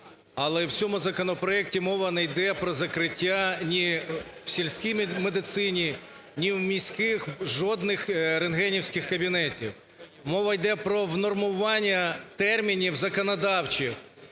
але в цьому законопроекті мова не йде про закриття ні в сільській медицині, ні в міських жодних рентгенівських кабінетів. Мова йде про внормування термінів законодавчих.